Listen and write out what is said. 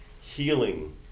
healing